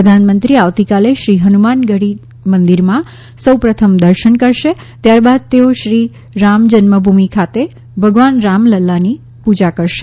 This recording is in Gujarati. પ્રધાનમંત્રી આવતીકાલે શ્રી હનુમાનગઢી મંદિરમાં સૌ પ્રથમ દર્શન કરશે ત્યારબાદ તેઓ શ્રી રામ જન્મભૂમિ ખાતે ભગવાન રામલલાની પૂજા કરશે